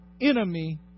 enemy